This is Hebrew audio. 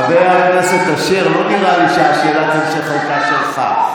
חבר הכנסת אשר, לא נראה לי ששאלת ההמשך הייתה שלך.